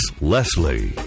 Leslie